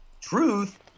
truth